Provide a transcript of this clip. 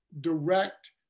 direct